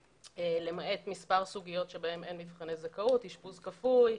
למעט מספר סוגיות שבהן אין מבחני זכאות: אשפוז כפוי,